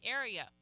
area